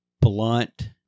blunt